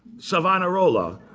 savonarola,